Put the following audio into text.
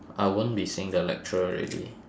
I won't be seeing the lecturer already